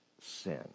sin